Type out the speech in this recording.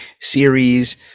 series